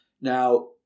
Now